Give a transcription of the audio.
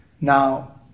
Now